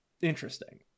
interesting